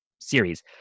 series